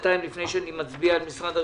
בינתיים, לפני שאני מצביע על משרד הרווחה,